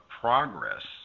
progress